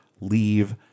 leave